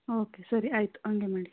okay ಸರಿ ಆಯಿತು ಹಂಗೆ ಮಾಡಿ